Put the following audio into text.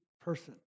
person